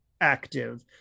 active